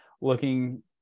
looking